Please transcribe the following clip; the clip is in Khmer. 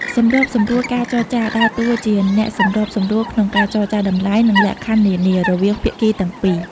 សម្របសម្រួលការចរចា ដើរតួជាអ្នកសម្របសម្រួលក្នុងការចរចាតម្លៃ និងលក្ខខណ្ឌនានា រវាងភាគីទាំងពីរ។